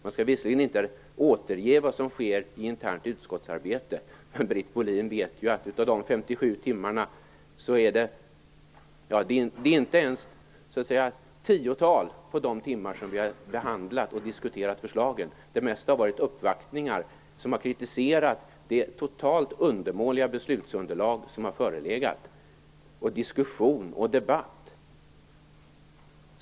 Man skall visserligen inte återge vad som sker i internt utskottsarbete, men Britt Bohlin vet ju att av dessa 57 timmar är det inte ens i ett tiotal som vi har behandlat och diskuterat förslagen. Det mesta av tiden har gått åt till uppvaktningar som har kritiserat det totalt undermåliga beslutsunderlag som har förelegat. Sedan var det detta med diskussion och debatt.